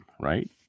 right